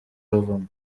bavamo